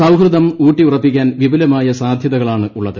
സൌഹൃദം ഊട്ടിയുറപ്പിക്കാൻ വിപുലമായ സാധ്യതകളാണുള്ളത്